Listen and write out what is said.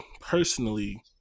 personally